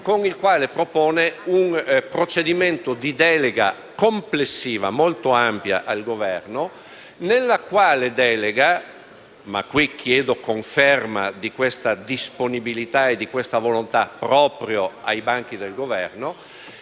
emendamento - propone un procedimento di delega complessiva molto ampia al Governo, nella quale - ma chiedo conferma di questa disponibilità e volontà proprio ai banchi del Governo